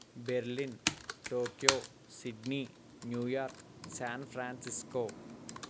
Berlin Tokyo Sydney New York san francisco